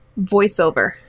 voiceover